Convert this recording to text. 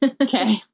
Okay